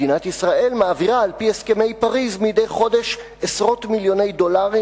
מדינת ישראל מעבירה על-פי הסכמי פריס מדי חודש עשרות מיליוני דולרים,